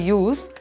use